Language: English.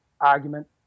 argument